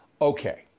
Okay